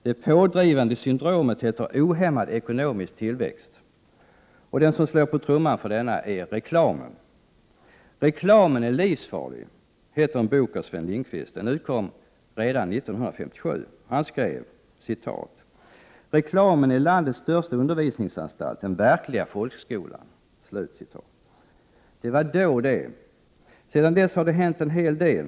Det pådrivande syndromet heter ohämmad ekonomisk tillväxt. Och den som slår på trumman för denna är reklamen. ”Reklamen är livsfarlig” heter en bok av Sven Lindqvist. Den utkom redan 1957. Han skrev: ”Reklamen är landets största undervisningsanstalt, den verkliga folkskolan.” Det var då det. Sedan dess har det hänt en hel del.